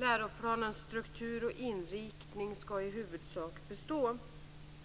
Läroplanens struktur och inriktning skall i huvudsak bestå.